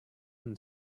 and